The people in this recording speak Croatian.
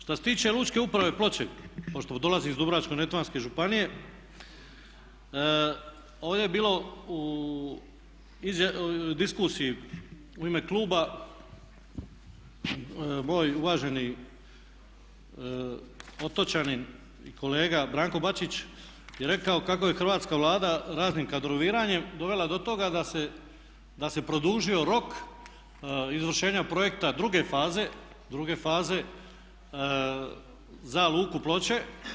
Što se tiče Lučke uprave Ploče, pošto dolazim iz Dubrovačko-neretvanske županije ovdje je bilo u diskusiji u ime kluba moj uvaženi otočanin i kolega Branko Bačić je rekao kako je Hrvatska vlada raznim kadroviranjem dovela do toga da se produžio rok izvršenja projekta druge faze za Luku Ploče.